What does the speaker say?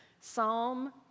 Psalm